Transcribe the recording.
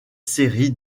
séries